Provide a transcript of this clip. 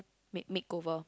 make makeover